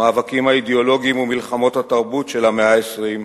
המאבקים האידיאולוגיים ומלחמות התרבות של המאה ה-20,